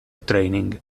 training